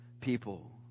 people